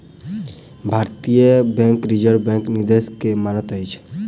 भारतीय bank reserve बैंकक निर्देश के मानैत अछि